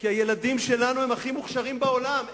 כי הילדים שלנו הם הכי מוכשרים בעולם.